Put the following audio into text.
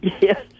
Yes